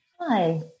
Hi